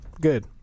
Good